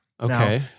Okay